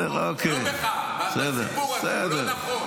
לא בך, בסיפור הזה, הוא לא נכון.